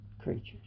creatures